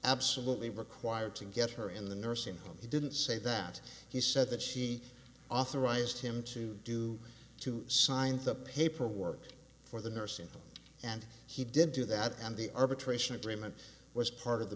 absolutely required to get her in the nursing home he didn't say that he said that she authorized him to do to sign the paperwork for the nursing home and he did do that and the arbitration agreement was part of the